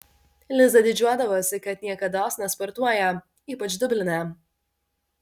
liza didžiuodavosi kad niekados nesportuoja ypač dubline